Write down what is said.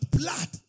blood